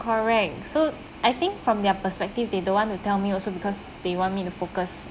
correct so I think from their perspective they don't want to tell me also because they want me to focus